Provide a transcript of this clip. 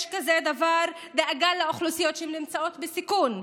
יש כזה דבר דאגה לאוכלוסיות שנמצאות בסיכון,